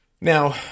Now